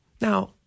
Now